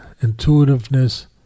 intuitiveness